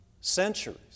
centuries